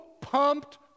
pumped